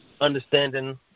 understanding